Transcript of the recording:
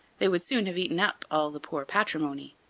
they would soon have eaten up all the poor patrimony.